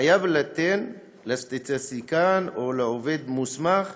חייב ליתן לסטטיסטיקן או לעובד מוסמך